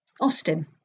austin